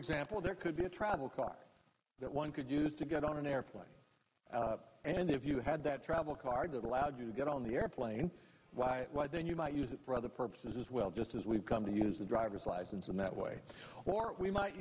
example there could be a travel car that one could use to get on an airplane and if you had that travel card that allowed you to get on the airplane why it was then you might use it for other purposes well just as we've come to use a driver's license in that way or we might